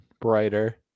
brighter